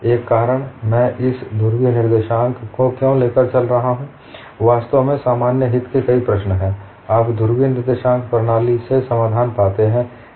एक और कारण मैं इस ध्रुवीय निर्देशांक को क्यों लेकर चल रहा हूँ वास्तव में सामान्य हित के कई प्रश्न हैं आप ध्रुवीय निर्देशांक प्रणाली से समाधान पाते हैं